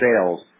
sales